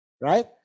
Right